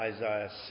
Isaiah